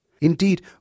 Indeed